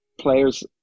players